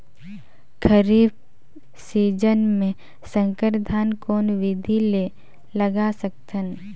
खरीफ season मे संकर धान कोन विधि ले लगा सकथन?